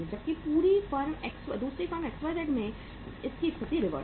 जबकि दूसरी firm XYZ limited में स्थिति रिवर्स है